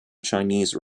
chinese